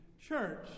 church